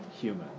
human